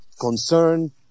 concern